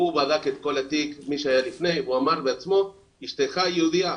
הוא בדק את כל התיק מי שהיה לפני והוא אמר בעצמו "אשתך יהודייה,